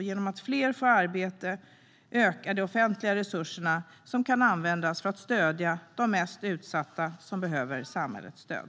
Genom att fler får arbete ökar de offentliga resurserna, som kan användas för att stödja de mest utsatta som behöver samhällets stöd.